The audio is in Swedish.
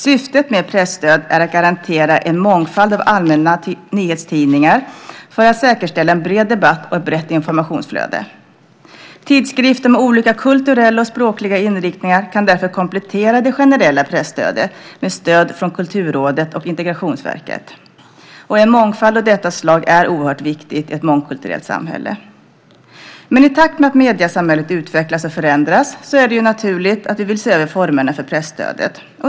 Syftet med presstöd är att garantera en mångfald av allmänna nyhetstidningar för att säkerställa en bred debatt och ett brett informationsflöde. Tidskrifter med olika kulturella och språkliga inriktningar kan därför komplettera det generella presstödet med stöd från Kulturrådet och Integrationsverket. En mångfald av detta slag är mycket viktig i ett mångkulturellt samhälle. I takt med att mediesamhället utvecklas och förändras är det naturligt att vi ser över formerna för presstödet.